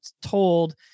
told